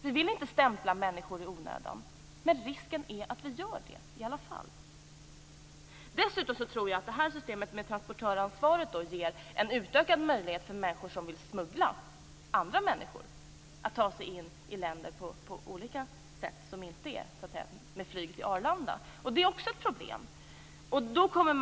Vi vill inte stämpla människor i onödan, men risken är att vi gör det i alla fall. Dessutom tror jag att systemet med transportöransvar ger en utökad möjlighet för människor som vill smuggla andra människor att ta sig in i länder på andra sätt än med flyg till Arlanda. Det är också ett problem. Fru talman!